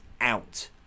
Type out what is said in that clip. out